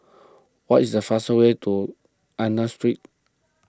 what is the fast way to Angus Street